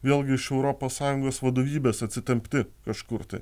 vėlgi iš europos sąjungos vadovybės atsitempti kažkur tai